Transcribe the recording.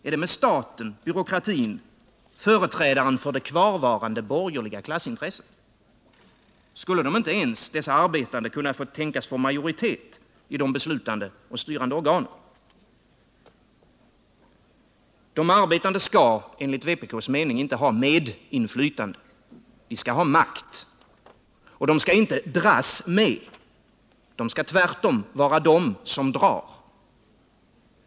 Är det med staten, byråkratin, företrädaren för det kvarvarande borgerliga klassintresset? Skulle dessa arbetare inte ens kunna tänkas få majoritet i de beslutande och styrande organen? De arbetande skall enligt vpk:s mening inte ha medinflytande. De skall ha makt. De skall inte dras med. De skall tvärtom vara de som drar.